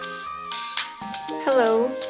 hello